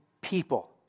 people